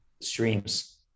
streams